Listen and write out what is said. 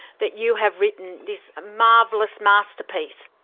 that you have written this marvellous masterpiece.